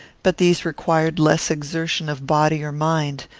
but these required less exertion of body or mind,